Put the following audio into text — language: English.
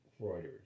Reuters